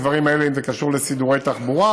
הדברים האלה אם זה קשור לסידורי תחבורה,